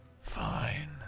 Fine